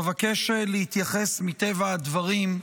אבקש להתייחס, מטבע הדברים,